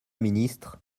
ministre